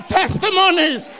testimonies